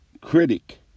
critic